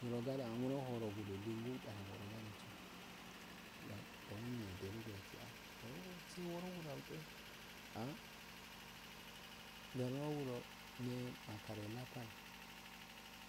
Nyingade a haro rogudu lingudarango rogade so sai owulande ah gurnogu do mallangne pal